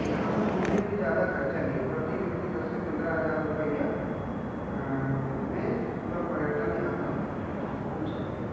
यहाँ पर घूमने के लिए ज़्यादा खर्चा नहीं है प्रति व्यक्ति दस से पन्द्राह हज़ार रुपये में पूरा पर्यटन यहाँ का घूम सकते हैं